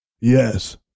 Yes